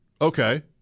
Okay